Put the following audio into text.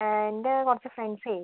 എൻ്റെ കുറച്ച് ഫ്രണ്ട്സേ